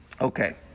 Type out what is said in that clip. Okay